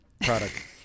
product